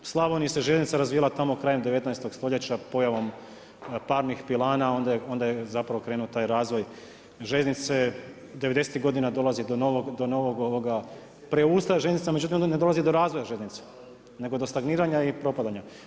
U Slavoniji se željeznica razvijala tamo krajem 19. stoljeća pojavom parnih pilana onda je krenuo taj razvoj željeznice, '90.-tih godina dolazi do novoga preustroja, međutim ne dolazi do razvoja željeznica nego do stagniranja i propadanja.